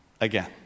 again